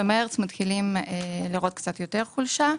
במרץ, מתחילים לראות קצת יותר חולשה.